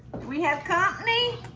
we have company?